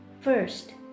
First